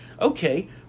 Okay